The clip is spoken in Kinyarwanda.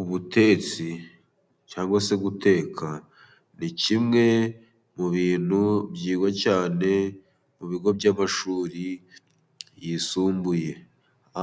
Ubutetsi cyangwa se guteka ni kimwe mu bintu byigwa cyane mu bigo by'amashuri yisumbuye,